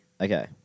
Okay